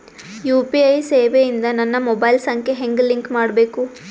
UPI ಸೇವೆ ಇಂದ ನನ್ನ ಮೊಬೈಲ್ ಸಂಖ್ಯೆ ಹೆಂಗ್ ಲಿಂಕ್ ಮಾಡಬೇಕು?